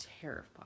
terrifying